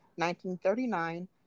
1939